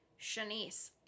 Shanice